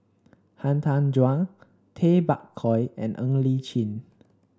Han Tan Juan Tay Bak Koi and Ng Li Chin